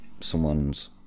someone's